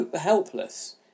helpless